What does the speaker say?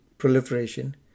proliferation